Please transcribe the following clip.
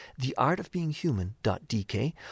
theartofbeinghuman.dk